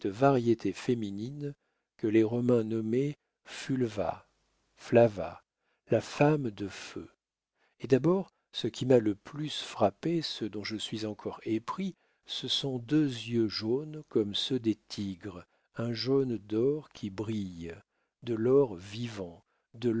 variété féminine que les romains nommaient fulva flava la femme de feu et d'abord ce qui m'a le plus frappé ce dont je suis encore épris ce sont deux yeux jaunes comme ceux des tigres un jaune d'or qui brille de l'or vivant de